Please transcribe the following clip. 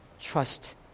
Trust